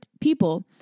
people